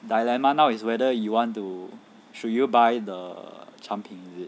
dilemma now is whether you want to should you buy the 产品 is it